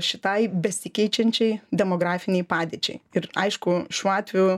šitai besikeičiančiai demografinei padėčiai ir aišku šiuo atveju